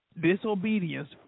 Disobedience